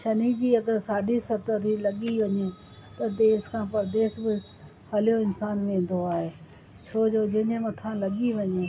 शनि जी अगरि साढी सतरी लॻी वञे त देस खां परदेस बि हलियो इंसानु वेंदो आहे छो जो जंहिंजे मथां लॻी वञे